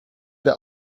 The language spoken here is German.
der